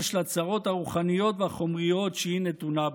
של הצרות הרוחניות והחומריות שהיא נתונה בו.